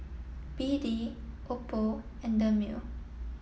B D Oppo and Dermale